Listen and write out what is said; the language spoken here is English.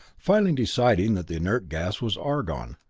finally deciding that the inert gas was argon.